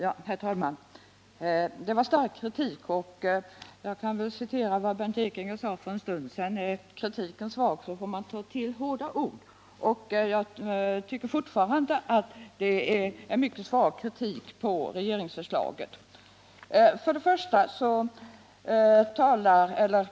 Herr talman! Det var stark kritik, men jag kan väl citera vad Bernt Ekinge sade för en stund sedan: Är kritiken svag, får man ta till hårda ord. Jag tycker fortfarande att det är en mycket svag kritik mot regeringsförslaget.